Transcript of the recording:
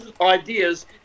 ideas